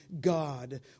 God